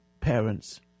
parents